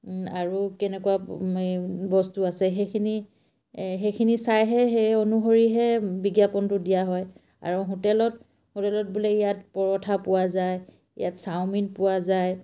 আৰু কেনেকুৱা বস্তু আছে সেইখিনি সেইখিনি চাইহে সেই অনুসৰিহে বিজ্ঞাপনটো দিয়া হয় আৰু হোটেলত হোটেলত বোলে ইয়াত পৰঠা পোৱা যায় ইয়াত চাওমিন পোৱা যায়